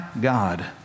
God